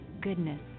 goodness